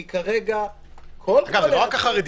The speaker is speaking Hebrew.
כי כרגע כל --- לא רק החרדים,